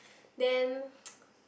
then